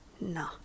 No